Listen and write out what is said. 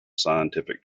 scientific